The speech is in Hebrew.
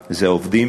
העובדים.